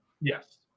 Yes